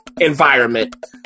environment